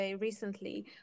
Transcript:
recently